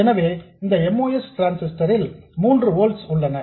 எனவே இந்த MOS transistor ல் 3 ஓல்ட்ஸ் உள்ளன